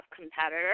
competitor